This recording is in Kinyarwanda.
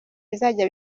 bizajya